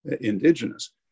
indigenous